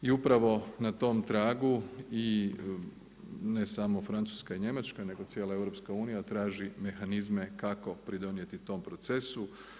I upravo na tom tragu i ne samo Francuska i Njemačka, nego cijela EU traži mehanizme kako pridonijeti tom procesu.